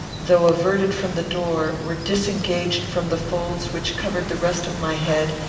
though averted from the door, were disengaged from the folds which covered the rest of my head,